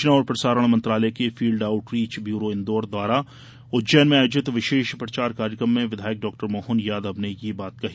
सुचना और प्रसारण मंत्रालय के फील्ड आऊटरीच ब्यूरो इंदौर द्वारा उज्जैन में आयोजित विशेष प्रचार कार्यक्रम में विधायक डा मोहन यादव ने ये बात कही